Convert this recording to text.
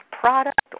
product